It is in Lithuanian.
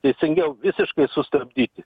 teisingiau visiškai sustabdyti